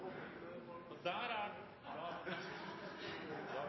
er på veg, der det er